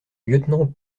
lieutenant